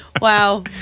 Wow